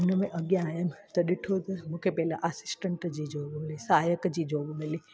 हुन में अॻियां आयमि त ॾिठो की मूंखे पहिला असिस्टैंट जो सहायक जी जॉब मिली